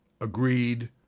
agreed